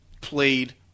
played